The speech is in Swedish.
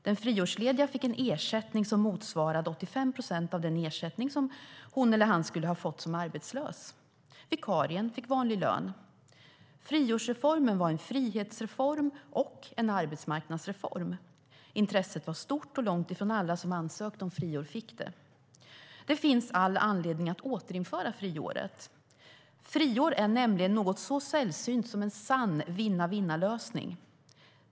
Den friårslediga fick en ersättning som motsvarade 85 procent av den ersättning som hon eller han skulle ha fått som arbetslös. Vikarien fick vanlig lön. Friårsreformen var en frihetsreform och en arbetsmarknadsreform. Intresset var stort, och långt ifrån alla som ansökte om friår fick det. Det finns all anledning att återinföra friåret. Friår är nämligen något så sällsynt som en sann vinna-vinna-lösning.